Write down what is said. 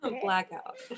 Blackout